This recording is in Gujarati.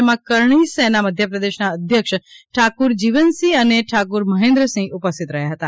જેમાં કરણી સેના મધ્યપ્રદેશના અધ્યક્ષ ઠાકુર જીવનસિંહ અને ઠાકુર મહેન્દ્રસિંહ ઉપસ્થિત રહ્યા હતા